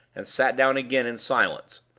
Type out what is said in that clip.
and sat down again in silence,